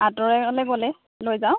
আঁতৰলৈ গ'লে লৈ যাওঁঁ